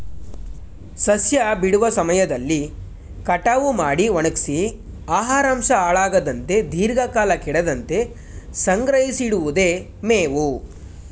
ಸಸ್ಯ ಬಿಡುವ ಸಮಯದಲ್ಲಿ ಕಟಾವು ಮಾಡಿ ಒಣಗ್ಸಿ ಆಹಾರಾಂಶ ಹಾಳಾಗದಂತೆ ದೀರ್ಘಕಾಲ ಕೆಡದಂತೆ ಸಂಗ್ರಹಿಸಿಡಿವುದೆ ಮೇವು